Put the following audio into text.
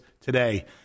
today